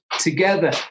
together